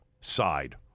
side